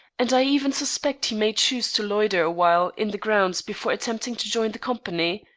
and i even suspect he may choose to loiter awhile in the grounds before attempting to join the company.